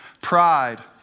pride